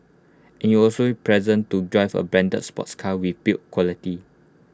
any also pleasant to drive A branded sports car with build quality